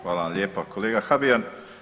Hvala vam lijepo kolega Habijan.